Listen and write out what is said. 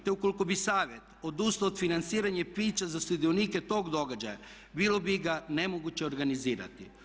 Te ukoliko bi Savjet odustao od financiranja i pića za sudionike tog događaja bilo bi ga nemoguće organizirati.